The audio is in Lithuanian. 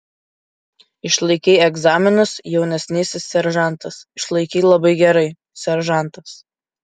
išlaikei egzaminus jaunesnysis seržantas išlaikei labai gerai seržantas